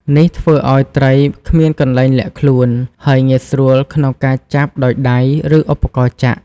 នេះធ្វើឲ្យត្រីគ្មានកន្លែងលាក់ខ្លួន ហើយងាយស្រួលក្នុងការចាប់ដោយដៃ ឬឧបករណ៍ចាក់។